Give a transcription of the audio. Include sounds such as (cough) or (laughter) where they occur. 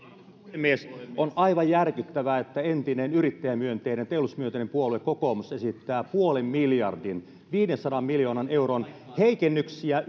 puhemies on aivan järkyttävää että entinen yrittäjämyönteinen teollisuusmyönteinen puolue kokoomus esittää puolen miljardin viidensadan miljoonan euron heikennyksiä (unintelligible)